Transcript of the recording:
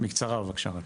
בקצרה, בבקשה.